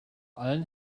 allen